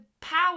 power